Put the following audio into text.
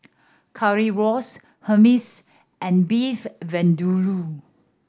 Currywurst Hummus and Beef Vindaloo